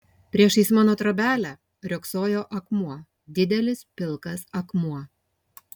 priešais mano trobelę riogsojo akmuo didelis pilkas akmuo